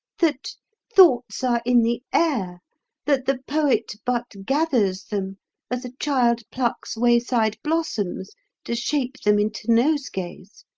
that thoughts are in the air that the poet but gathers them as a child plucks wayside blossoms to shape them into nosegays.